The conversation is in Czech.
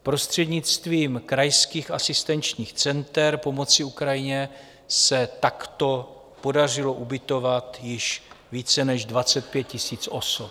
Prostřednictvím krajských asistenčních center pomoci Ukrajině se takto podařilo ubytovat již více než 25 000 osob.